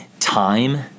Time